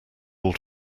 all